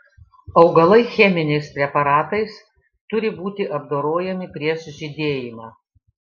augalai cheminiais preparatais turi būti apdorojami prieš žydėjimą